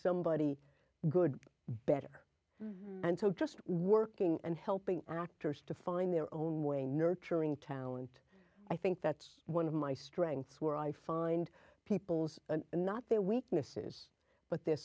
somebody good better and so just working and helping actors to find their own way nurturing town and i think that's one of my strengths where i find people's not their weaknesses but their